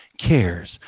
cares